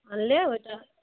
আনলে ওইটা